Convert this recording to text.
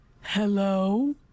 hello